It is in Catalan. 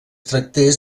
tractés